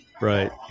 Right